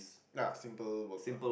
ah simple work lah